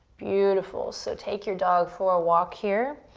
beautiful. so take your dog for a walk here.